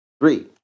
Three